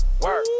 Work